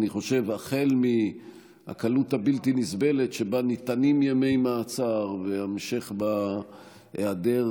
החל מהקלות הבלתי-נסבלת שבה ניתנים ימי מעצר והמשך בהיעדר